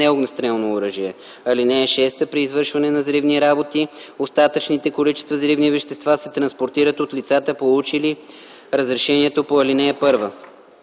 неогнестрелно оръжие. (6) При извършване на взривни работи остатъчните количества взривни вещества се транспортират от лицата, получили разрешението по ал. 1.”